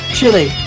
Chili